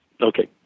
Okay